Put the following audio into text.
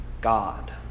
God